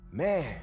man